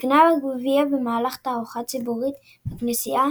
נגנב הגביע במהלך תערוכה ציבורית בכנסייה